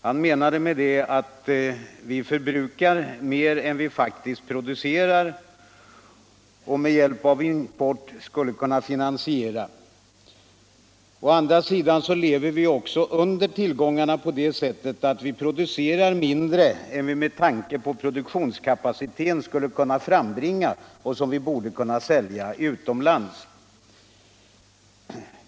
Han menade med det att vi å ena sidan förbrukar mer än vi faktiskt producerar, att vi importerar mer än vi med hjälp av export kan finansiera och att vi å andra sidan lever under tillgångarna på det sättet att vi producerar mindre än vi med tanke på produktionskapaciteten skulle kunna frambringa och sälja utomlands.